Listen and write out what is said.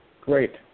Great